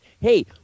Hey